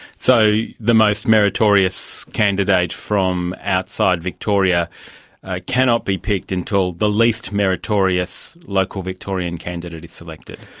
so the most meritorious candidate from outside victoria cannot be picked until the least meritorious local victorian candidate is selected?